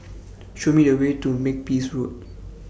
Show Me The Way to Makepeace Road